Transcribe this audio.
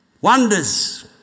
wonders